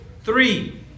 three